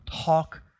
Talk